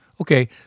Okay